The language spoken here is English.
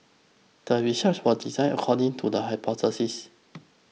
the research was designed according to the hypothesis